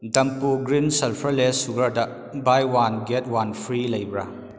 Dhampur green sulphurless ꯁꯨꯒꯔꯗ buy one get one free ꯂꯩꯕ꯭ꯔꯥ